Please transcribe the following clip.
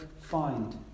find